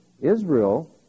Israel